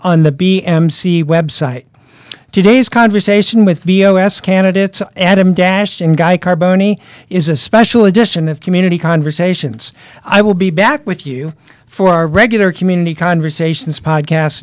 on the b m c website today's conversation with b o s candidates adam dash and guy carr boni is a special edition of community conversations i will be back with you for our regular community conversations podcast